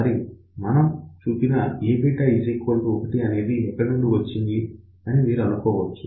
మరి మనం చూసిన Aβ 1 అనేది ఎక్కడ నుంచి వచ్చింది అని మీరు అనుకోవచ్చు